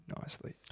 nicely